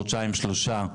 חודשיים או שלושה,